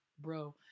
bro